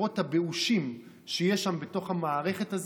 מהפירות הבאושים שיש שם בתוך המערכת הזאת,